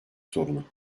sorunu